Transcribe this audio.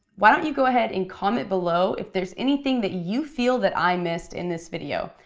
why don't you go ahead and comment below if there's anything that you feel that i missed in this video.